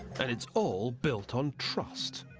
and it's all built on trust.